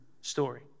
story